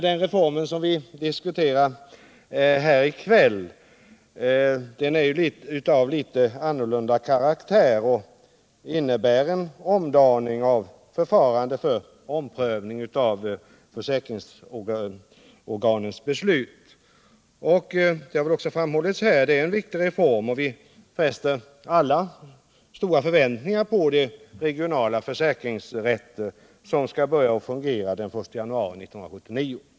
Den reform som vi nu diskuterar är av litet annorlunda karaktär och innebär en omdaning av förfarandet för omprövning av försäkringsorganens beslut. Det har också här framhållits att det är en viktig reform och vi har alla stora förväntningar när det gäller de regionala försäkringsrätter som skall börja fungera fr.o.m. den 1 januari 1979.